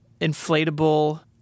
inflatable